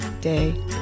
day